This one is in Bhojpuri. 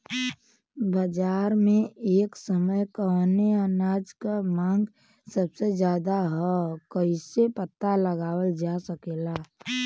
बाजार में एक समय कवने अनाज क मांग सबसे ज्यादा ह कइसे पता लगावल जा सकेला?